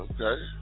Okay